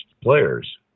players